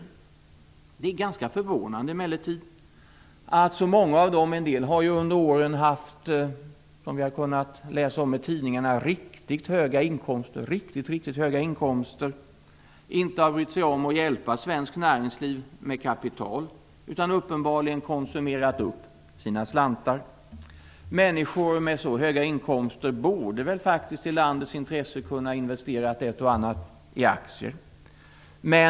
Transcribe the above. Det är emellertid ganska förvånande att så många av dem, en del har ju under åren haft riktigt höga inkomster - det har vi kunnat läsa om i tidningarna, inte har brytt sig om att hjälpa svenskt näringsliv med kapital, utan uppenbarligen konsumerat upp sina slantar. Människor med så höga inkomster borde väl faktiskt i landets intresse kunna investera ett och annat i aktier.